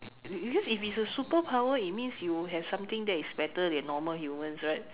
be~ because if it is a superpower it means that you have something that is better than normal humans right